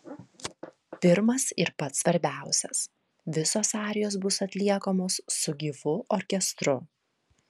pirmas ir pats svarbiausias visos arijos bus atliekamos su gyvu orkestru